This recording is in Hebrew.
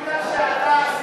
הצעת חוק הביטוח הלאומי (תיקון,